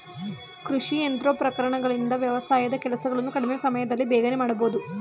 ಕೃಷಿ ಯಂತ್ರೋಪಕರಣಗಳಿಂದ ವ್ಯವಸಾಯದ ಕೆಲಸಗಳನ್ನು ಕಡಿಮೆ ಸಮಯದಲ್ಲಿ ಬೇಗನೆ ಮಾಡಬೋದು